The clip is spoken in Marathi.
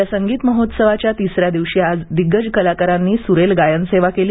या संगीत महोत्सवाच्या तिसऱ्या दिवशी आज दिग्गज कलाकारांनी सुरेल गायन सेवा केली